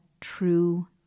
true